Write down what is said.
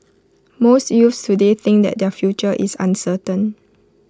most youths today think that their future is uncertain